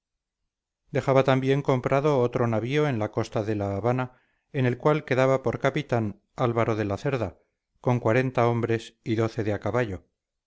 dejaba también comprado otro navío en la costa de la habana en el cual quedaba por capitán álvaro de la cerda con cuarenta hombres y doce de a caballo